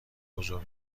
بزرگ